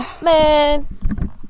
man